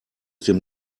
dem